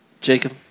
Jacob